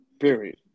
period